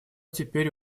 теперь